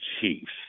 Chiefs